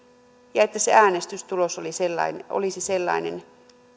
ja että se äänestystulos olisi sellainen